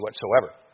whatsoever